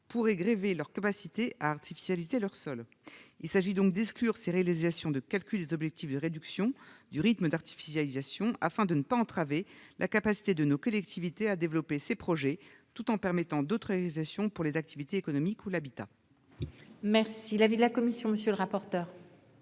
pourrait grever leur capacité d'artificialiser leurs sols. Il s'agit donc d'exclure ces réalisations du calcul des objectifs de réduction du rythme d'artificialisation, afin de ne pas entraver la capacité de nos collectivités à développer ces projets, tout en permettant d'autres réalisations, pour les activités économiques ou pour l'habitat. Quel est l'avis de la commission spéciale ? Je comprends